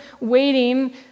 waiting